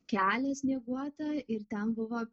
kelią snieguotą ir ten buvo